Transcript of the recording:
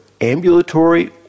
ambulatory